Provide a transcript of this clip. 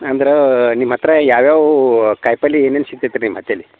ಅಂದ್ರ ನಿಮ್ಮ ಹತ್ರ ಯಾವ್ಯಾವೂ ಕಾಯಿಪಲ್ಲೆ ಏನೇನು ಸಿಕ್ತೈತೆ ರೀ ನಿಮ್ಮ ಹತ್ತೆಲಿ